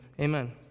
Amen